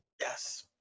yes